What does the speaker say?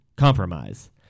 compromise